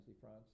France